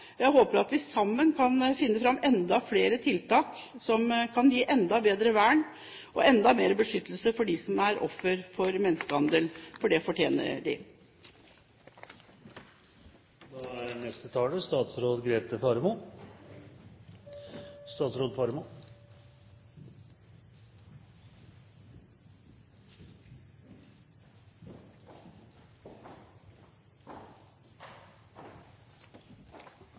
Jeg håper at vi sammen kan finne enda flere tiltak som kan gi enda bedre vern og enda bedre beskyttelse for dem som er ofre for menneskehandel – for det fortjener de.